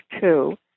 two